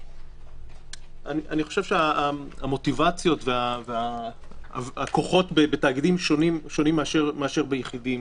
אני חושב שהמוטיבציות והכוחות בתאגידים שונים מאשר ביחידים.